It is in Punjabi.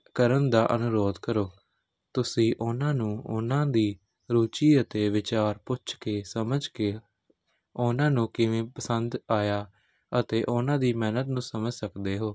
ਕਰਨ ਦਾ ਅਨੁਰੋਧ ਕਰੋ ਤੁਸੀਂ ਉਹਨਾਂ ਨੂੰ ਉਹਨਾਂ ਦੀ ਰੁਚੀ ਅਤੇ ਵਿਚਾਰ ਪੁੱਛ ਕੇ ਸਮਝ ਕੇ ਉਹਨਾਂ ਨੂੰ ਕਿਵੇਂ ਪਸੰਦ ਆਇਆ ਅਤੇ ਉਹਨਾਂ ਦੀ ਮਿਹਨਤ ਨੂੰ ਸਮਝ ਸਕਦੇ ਹੋ